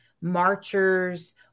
marchers